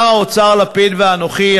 שר האוצר לפיד ואנוכי,